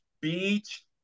beach